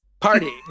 party